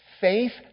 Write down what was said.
Faith